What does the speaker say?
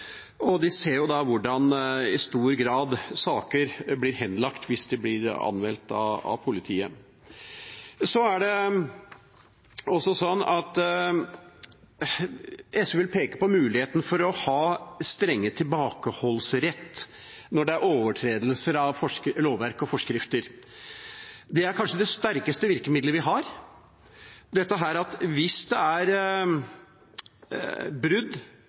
med. De ser hvordan saker i stor grad blir henlagt hvis de blir anmeldt til politiet. SV vil peke på muligheten for streng tilbakeholdsrett ved overtredelser av lovverk og forskrifter. Det er kanskje det sterkeste virkemiddelet vi har ved brudd på gjeldende regelverk – det kan være både kabotasje- og andre regelverk – at man kan stoppe vogntogene fra å kjøre videre før kortet eventuelt er